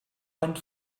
went